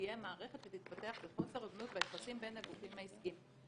תהיה מערכת שתתפתח לחוסר הוגנות ביחסים בין הגופים העסקיים.